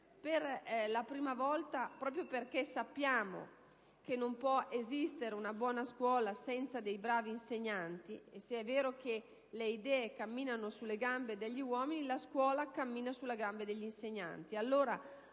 iniziale dei docenti. Sappiamo che non può esistere una buona scuola senza dei bravi insegnanti: se è vero che le idee camminano sulle gambe degli uomini, la scuola cammina sulle gambe degli insegnanti.